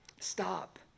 stop